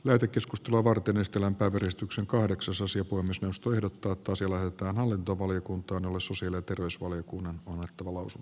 nato keskustelua varten ystävänpäiväristuksen kahdeksasosia kunnes josta virtaa toisella jota hallintovaliokunta on vaisu sillä terveysvaliokunnan kuvattu kuvaus